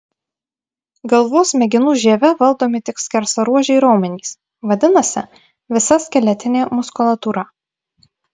galvos smegenų žieve valdomi tik skersaruožiai raumenys vadinasi visa skeletinė muskulatūra